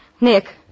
Nick